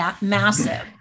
massive